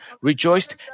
rejoiced